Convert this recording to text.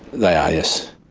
they are, yes.